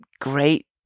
great